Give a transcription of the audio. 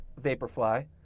Vaporfly